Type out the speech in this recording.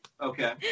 Okay